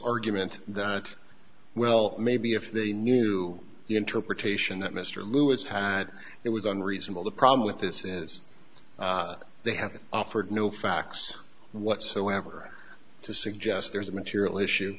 argument that well maybe if they knew the interpretation that mr lewis had it was unreasonable the problem with this is they have offered no facts whatsoever to suggest there's a material issue